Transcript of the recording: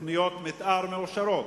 תוכניות מיתאר מאושרות.